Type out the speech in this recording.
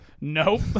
Nope